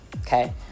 okay